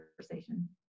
conversation